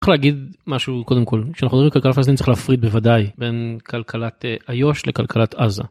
צריך להגיד משהו קודם כל, כשאנחנו מדברים על כלכלה פלשתינית צריך להפריד בוודאי בין כלכלת איו"ש לכלכלת עזה.